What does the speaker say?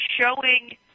showing